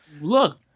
look